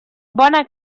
bona